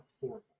horrible